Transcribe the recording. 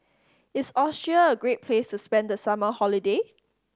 is Austria a great place to spend the summer holiday